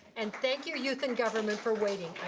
and thank you youth in government for waiting.